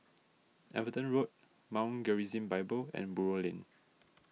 Everton Road Mount Gerizim Bible and Buroh Lane